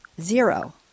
Zero